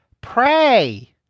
Pray